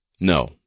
No